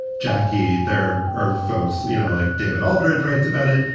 jackie, there are folks, you know, like david aldridge writes about it,